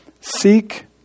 Seek